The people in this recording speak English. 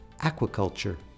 aquaculture